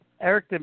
Eric